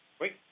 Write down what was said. Wait